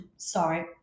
Sorry